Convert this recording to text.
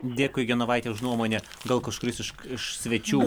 dėkui genovaite už nuomonę gal kažkuris iš iš svečių